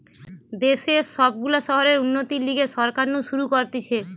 দেশের সব গুলা শহরের উন্নতির লিগে সরকার নু শুরু করতিছে